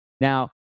Now